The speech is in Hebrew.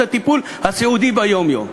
את הטיפול הסיעודי ביום-יום.